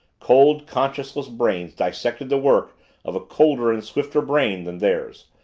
cold, conscienceless brains dissected the work of a colder and swifter brain than theirs,